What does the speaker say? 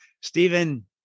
Stephen